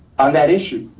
on that issue.